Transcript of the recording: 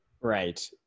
Right